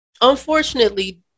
Unfortunately